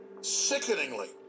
Sickeningly